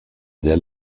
sehr